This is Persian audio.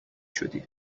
شدی